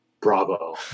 Bravo